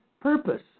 purpose